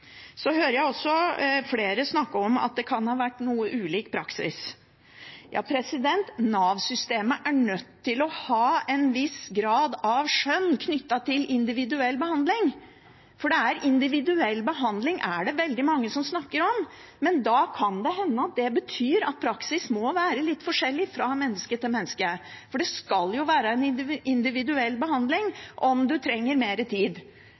hører også at flere snakker om at det kan ha vært noe ulik praksis. Ja, Nav-systemet er nødt til å ha en viss grad av skjønn knyttet til individuell behandling. Det er veldig mange som snakker om individuell behandling, men det kan hende at det betyr at praksis må være litt forskjellig fra menneske til menneske, for det skal jo være en individuell behandling av om man trenger mer tid,